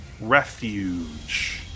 Refuge